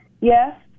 Yes